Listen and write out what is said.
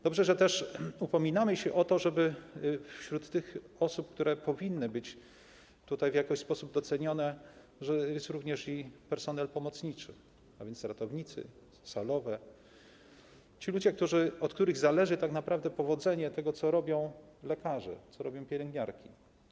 Dobrze, że upominamy się też o to, żeby wśród tych osób, które powinny być tutaj w jakiś sposób docenione, jest również personel pomocniczy, a więc ratownicy, salowe, ci ludzie, od których zależy tak naprawdę powodzenie tego, co robią lekarze i pielęgniarki.